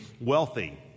wealthy